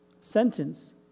sentence